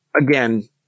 again